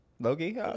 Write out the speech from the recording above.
Loki